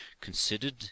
considered